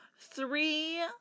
three